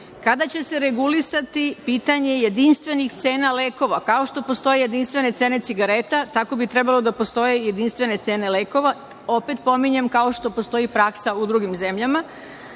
Kada će se regulisati pitanje jedinstvenih cena lekova? Kao što postoji jedinstvene cene cigareta, tako bi trebalo da postoje i jedinstvene cene lekova, kao što postoji praksa u drugim zemljama.